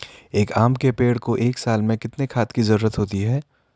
एक आम के पेड़ को एक साल में कितने खाद की जरूरत होती है?